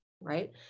right